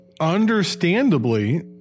understandably